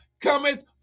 cometh